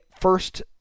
first